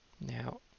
Now